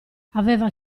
aveva